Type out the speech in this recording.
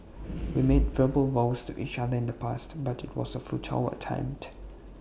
we made verbal vows to each other in the past but IT was A futile attempt